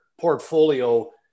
portfolio